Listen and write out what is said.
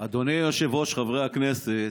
אדוני היושב-ראש, חברי הכנסת,